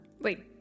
Wait